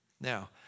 Now